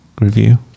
review